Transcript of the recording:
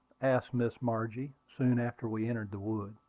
asked miss margie, soon after we entered the wood.